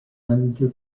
under